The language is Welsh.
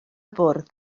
bwrdd